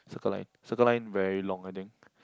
Circle Line Circle Line very long I think